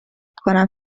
کنم